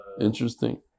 Interesting